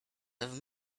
have